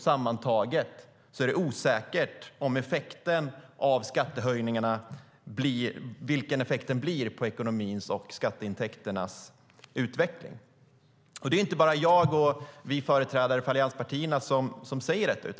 Sammantaget är det osäkert vilken effekten blir på ekonomins och skatteintäkternas utveckling. Det är inte bara jag och vi företrädare för allianspartierna som säger detta.